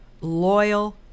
loyal